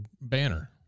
banner